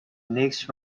next